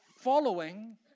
following